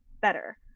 better